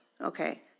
okay